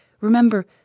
remember